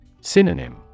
Synonym